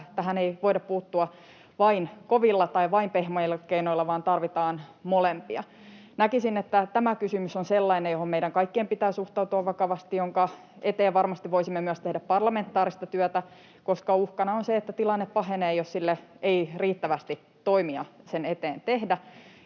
tähän ei voida puuttua vain kovilla tai vain pehmeillä keinoilla vaan tarvitaan molempia. Näkisin, että tämä kysymys on sellainen, johon meidän kaikkien pitää suhtautua vakavasti, jonka eteen varmasti voisimme myös tehdä parlamentaarista työtä, koska uhkana on se, että tilanne pahenee, jos ei riittävästi toimia sen eteen tehdä.